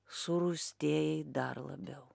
surūstėjai dar labiau